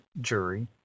jury